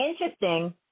interesting